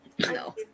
No